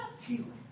healing